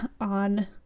on